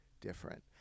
different